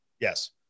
Yes